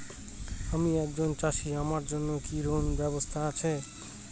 আমি একজন চাষী আমার জন্য কি ঋণের ব্যবস্থা আছে?